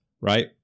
right